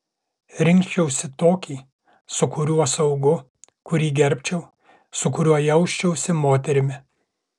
rinkčiausi tokį su kuriuo saugu kurį gerbčiau su kuriuo jausčiausi moterimi